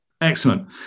Excellent